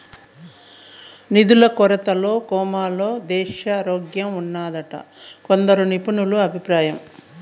నిధుల కొరతతో కోమాలో దేశారోగ్యంఉన్నాదని కొందరు నిపుణుల అభిప్రాయం